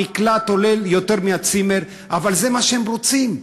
המקלט עולה יותר מהצימר, אבל זה מה שהם רוצים,